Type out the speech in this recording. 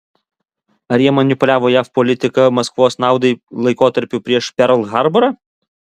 ar jie manipuliavo jav politika maskvos naudai laikotarpiu prieš perl harborą